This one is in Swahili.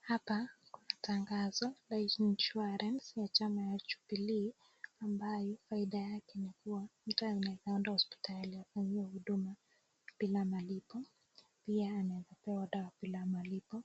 Hapa kuna tangazo ya insurance ya chama ya Jubilee ambayo faida yake ni kuwa mtu anaeza pewa huduma hospitali bila malipo pia anaeza pewa dawa bila malipo